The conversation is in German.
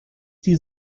die